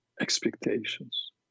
expectations